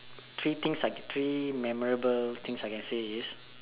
three things I three memorable things I can say is